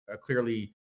clearly